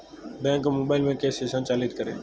Bank को mobile में कैसे संचालित करें?